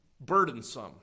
burdensome